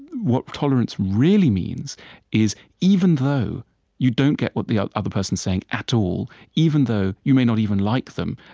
what tolerance really means is even though you don't get what the other person's saying at all, even though you may not even like them,